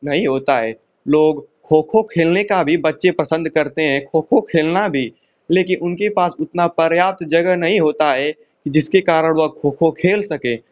नहीं होता है लोग खोखो खेलने का भी बच्चे पसंद करते हैं खो खो खेलना भी लेकिन उनके पास उतना पर्याप्त जगह नहीं होता है जिसके कारण वह खो खो खेल सकें